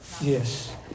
Yes